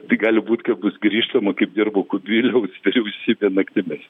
tai gali būt kad bus grįžtama kaip dirbo kubiliaus vyriausybė naktimis